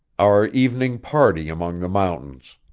our evening party among the mountains